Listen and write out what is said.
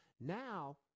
Now